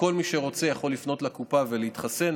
וכל מי שרוצה יכול לפנות לקופה ולהתחסן.